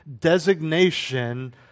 designation